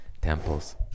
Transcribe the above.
Temples